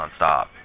nonstop